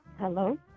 Hello